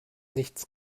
nichts